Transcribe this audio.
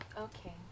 okay